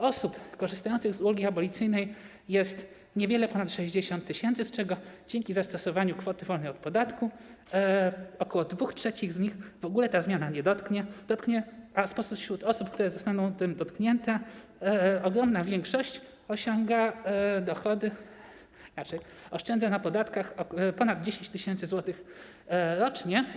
Osób korzystających z ulgi abolicyjnej jest niewiele ponad 60 tys., z czego dzięki zastosowaniu kwoty wolnej od podatku ok. 2/3 z nich w ogóle ta zmiana nie dotknie, a spośród osób, które zostaną tym dotknięte, ogromna większość osiąga dochody, tzn. oszczędza na podatkach ponad 10 tys. zł rocznie.